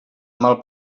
mal